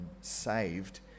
saved